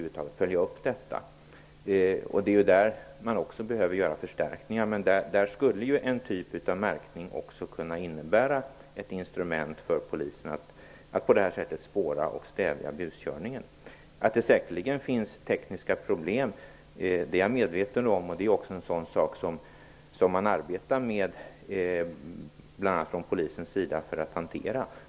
Där behöver man också förstärkningar. En typ av märkning skulle kunna innebära ett instrument för polisen att spåra och stävja buskörning. Jag är medveten om att det säkerligen finns tekniska problem. Det är också en sådan sak som bl.a. polisen arbetar med.